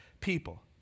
people